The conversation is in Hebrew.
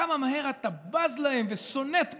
כמה מהר אתה בז להם וסונט בהם,